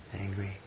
angry